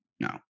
No